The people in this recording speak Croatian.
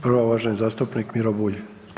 Prva uvaženi zastupnik Miro Bulj.